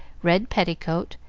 red petticoat,